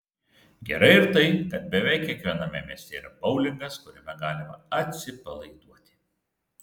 gerai ir tai kad beveik kiekviename mieste yra boulingas kuriame galima atsipalaiduoti